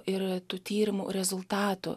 ir tų tyrimų rezultatų